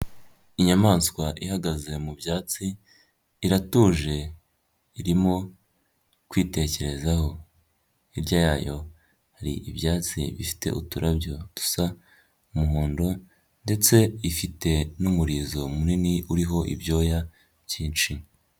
Inyamaswa ihagaze mu byatsi iratuje irimo kwitekerezaho, hirya yayo hari ibyatsi bifite uturarabyo dusa n'umuhondo ndetse ifite n'umurizo munini uriho ibyoya byinshi.